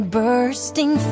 bursting